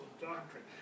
doctrine